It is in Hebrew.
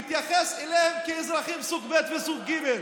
כאל אזרחים סוג ב' וסוג ג'.